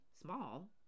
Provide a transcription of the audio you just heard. small